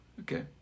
okay